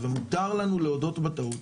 ומותר לנו להודות בטעות.